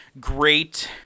great